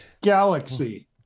galaxy